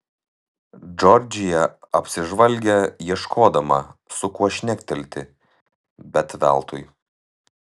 džordžija apsižvalgė ieškodama su kuo šnektelėti bet veltui